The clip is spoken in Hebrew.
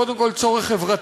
הוא קודם כול צורך חברתי,